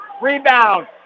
Rebound